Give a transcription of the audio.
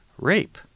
rape